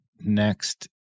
next